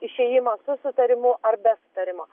išėjimas su sutarimu ar be sutarimo